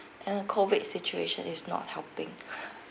and uh COVID situation is not helping